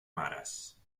mares